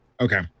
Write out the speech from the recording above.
Okay